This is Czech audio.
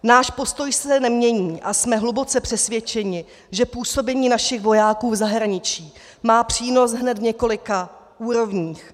Náš postoj se nemění a jsme hluboce přesvědčeni, že působení našich vojáků v zahraničí má přínos hned v několika úrovních.